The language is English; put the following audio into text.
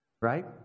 right